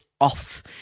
off